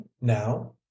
now